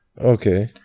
okay